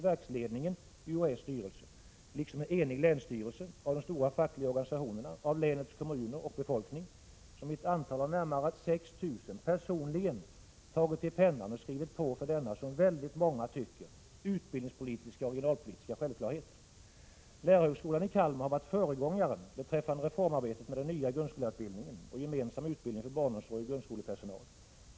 verksledningen, i UHÄ:s styrelse liksom av en enig länsstyrelse, av de stora fackliga organisationerna, av länets kommuner och av befolkningen, som i ett antal av närmare 6 000 personligen tagit till pennan och skrivit på för denna, som så många tycker, utbildningspolitiska och regionalpolitiska självklarhet. Lärarhögskolan i Kalmar har varit en föregångare beträffande reformarbetet med den nya grundskollärarutbildningen och gemensam utbildning för barnomsorgsoch grundskolepersonal.